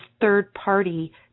third-party